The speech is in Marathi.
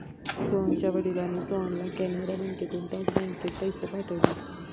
सोहनच्या वडिलांनी सोहनला कॅनरा बँकेतून त्याच बँकेत पैसे पाठवले